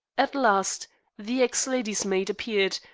at last the ex-lady's maid appeared,